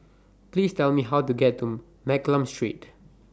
Please Tell Me How to get to Mccallum Street